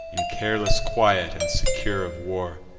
in careless quiet, and secure of war.